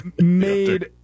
made